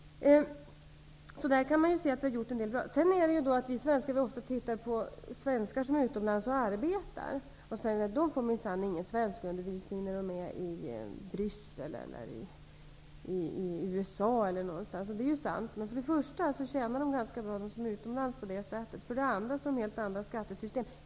Så där kan man se att vi har gjort en del som är bra. Sedan kan det sägas att svenskar som är utomlands och arbetar får ingen svenskundervisning -- i Bryssel, i USA eller någon annanstans -- och det är ju sant. Men för det första tjänar de svenskar bra som är utomlands på det sättet, och för det andra har dessa länder helt andra skattesystem.